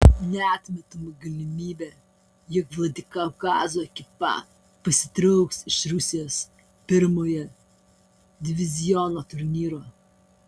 neatmetama galimybė jog vladikaukazo ekipa pasitrauks iš rusijos pirmojo diviziono turnyro